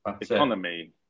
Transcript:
economy